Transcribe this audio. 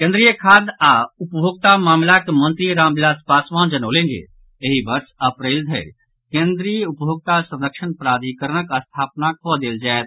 केंद्रीय खाद्य आओर उपभोक्ता मामिलाक मंत्री रामविलास पासवान जनौलनि जे एहि वर्ष अप्रैल धरि केंद्रीय उपभोक्ता संरक्षण प्राधिकरणक स्थापना कऽ देल जायत